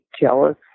jealous